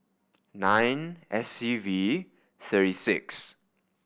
nine S E V three six